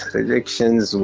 Rejections